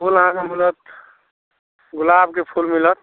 फूल अहाँके मिलत गुलाबके फूल मिलत